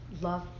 Love